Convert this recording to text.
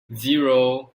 zero